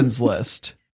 list